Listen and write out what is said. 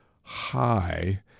high